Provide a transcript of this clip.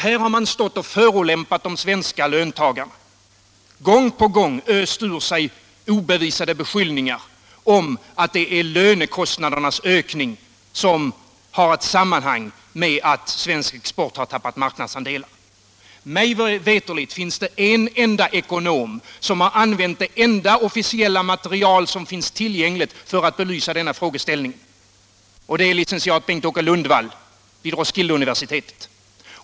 Här har man stått och förolämpat de svenska löntagarna genom att gång på gång ösa ur sig obevisade beskyllningar om att lönekostnadernas ökning har ett samband med att svensk export har tappat marknadsandelar. Mig veterligt är det en enda ekonom som har använt det enda officiella material som finns tillgängligt för att belysa denna frågeställning, och det är licentiat Bengt-Åke Lundvall vid Roskildeuniversitetet.